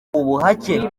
ubuhake